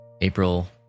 April